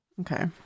Okay